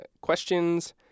questions